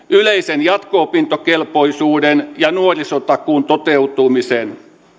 yleisen jatko opintokelpoisuuden ja nuorisotakuun toteutumisen